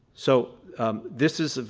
so this is,